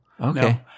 Okay